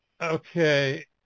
Okay